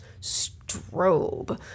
Strobe